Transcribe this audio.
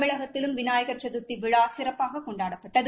தமிழகத்திலும் விநாயகர் சதர்த்தி விழா சிறப்பாக கொண்டாடப்பட்டது